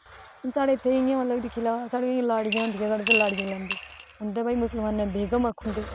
हून साडे इत्थे इयां मतलब दिक्खी लेऔ साढ़ी लाड़ियै होंदियां लाडियां गलांदे उन्दे भाई मुसलमाने दे बैगम आक्खी ओड़दे